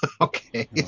Okay